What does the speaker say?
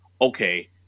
okay